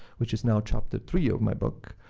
which is now chapter three of my book,